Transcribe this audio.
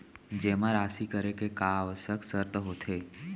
जेमा राशि करे के का आवश्यक शर्त होथे?